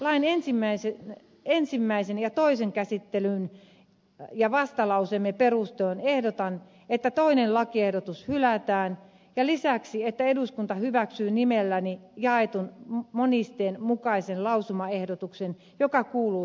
lain ensimmäisen ja toisen käsittelyn ja vastalauseemme perusteella ehdotan että toinen lakiehdotus hylätään ja lisäksi että eduskunta hyväksyy nimelläni jaetun monisteen mukaisen lausumaehdotuksen joka kuuluu seuraavasti